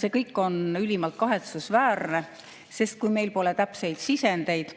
See kõik on ülimalt kahetsusväärne. Kui meil pole täpseid sisendeid,